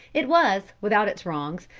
it was, without its wrongs,